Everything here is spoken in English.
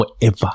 forever